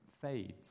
fades